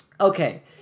Okay